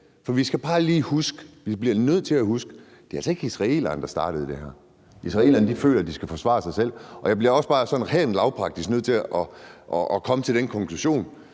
veto. Vi skal bare lige huske, og vi bliver nødt til at huske, at det altså ikke er israelerne, der startede det her. Israelerne føler, at de skal forsvare sig selv. Jeg bliver også bare sådan helt lavpraktisk nødt til at komme til den konklusion,